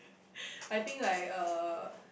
I think like uh